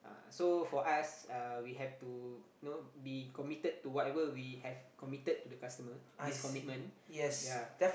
uh so for us uh we have to you know be committed to whatever we have committed to the customer this commitment ya